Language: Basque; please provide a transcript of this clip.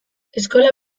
eskola